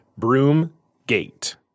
Broomgate